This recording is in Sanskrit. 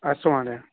अस्तु महोदय